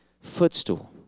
footstool